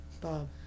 Bob